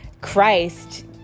Christ